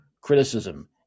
criticism